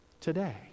today